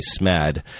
SMAD